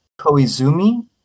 Koizumi